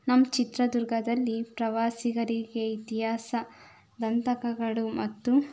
ನಮ್ಮ ಚಿತ್ರದುರ್ಗದಲ್ಲಿ ಪ್ರವಾಸಿಗರಿಗೆ ಇತಿಹಾಸ ದಂತಕಗಳು ಮತ್ತು